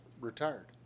retired